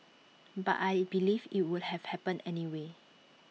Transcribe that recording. but I believe IT would have happened anyway